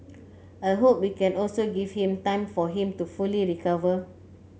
I hope we can also give him time for him to fully recover